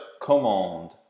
commande